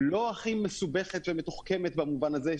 לא הכי מסובכת ומתוחכמת בנושא הזה,